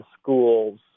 schools